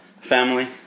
family